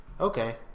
Okay